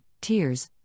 tears